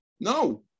No